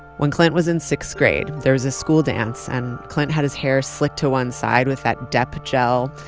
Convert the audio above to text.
when clint was in sixth grade, there was a school dance and clint had his hair slicked to one side with that dep gel,